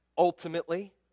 Ultimately